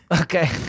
Okay